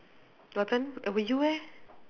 gotten eh you eh